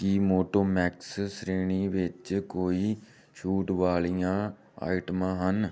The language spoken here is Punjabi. ਕੀ ਮੋਟੋਮੈਕਸ ਸ਼੍ਰੇਣੀ ਵਿੱਚ ਕੋਈ ਛੂਟ ਵਾਲੀਆਂ ਆਈਟਮਾਂ ਹਨ